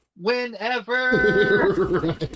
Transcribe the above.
whenever